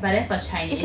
but then for chinese and